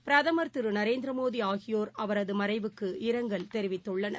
பிரதமர் திருநரேந்திரமோடிஆகியோர் அவரதுமறைவுக்கு இரங்கல் தெரிவித்துள்ளனர்